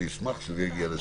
אשמח שזה יגיע לשם.